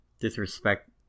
disrespect